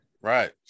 Right